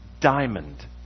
diamond